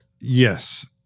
Yes